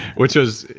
which was,